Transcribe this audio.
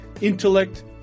intellect